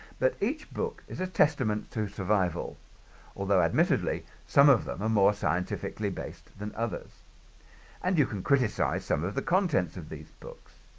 but book is a testament to survival although admittedly some of them are more scientifically based than others and you can criticize some of the contents of these books